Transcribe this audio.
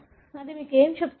అది మీకు ఏమి చెబుతుంది